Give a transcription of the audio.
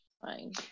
fine